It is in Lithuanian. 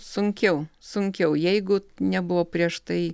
sunkiau sunkiau jeigu nebuvo prieš tai